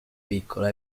piccola